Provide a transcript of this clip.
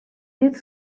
dit